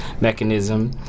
mechanism